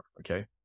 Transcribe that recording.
Okay